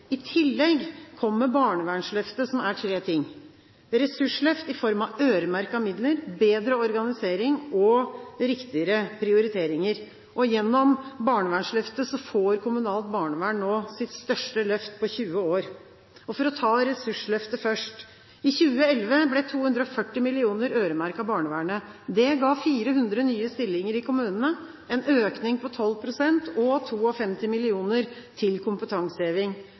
I tillegg kommer barnevernsløftet, som er tre ting: ressursløft i form av øremerkede midler, bedre organisering og riktigere prioriteringer. Og gjennom barnevernsløftet får kommunalt barnevern nå sitt største løft på 20 år. For å ta ressursløftet først: I 2011 ble 240 mill. kr øremerket barnevernet. Det ga 400 nye stillinger i kommunene, en økning på 12 pst., og 52 mill. kr til kompetanseheving.